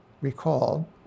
Recall